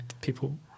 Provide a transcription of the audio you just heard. people